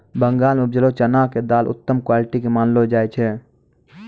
बंगाल मॅ उपजलो चना के दाल उत्तम क्वालिटी के मानलो जाय छै